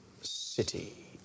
city